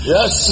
Yes